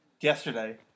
yesterday